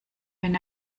wenn